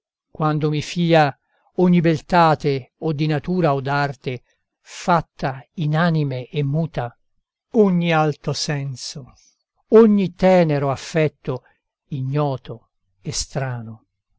quando mi fia ogni beltate o di natura o d'arte fatta inanime e muta ogni alto senso ogni tenero affetto ignoto e strano